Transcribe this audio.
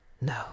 No